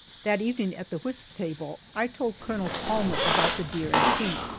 that evening at the whist table i told colonel palmer about the deer and pete,